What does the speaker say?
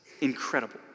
Incredible